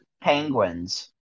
penguins